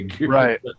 right